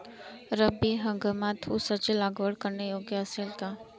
रब्बी हंगामात ऊसाची लागवड करणे योग्य असेल का?